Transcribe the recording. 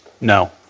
No